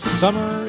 summer